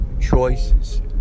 choices